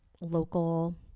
local